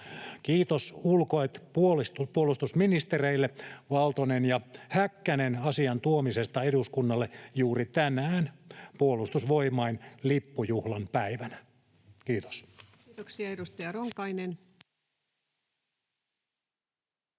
Kiitos ulko- & puolustusministereille Valtonen ja Häkkänen asian tuomisesta eduskunnalle juuri tänään puolustusvoimain lippujuhlan päivänä. — Kiitos. [Speech 68] Speaker: